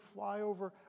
flyover